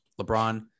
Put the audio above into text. LeBron